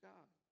God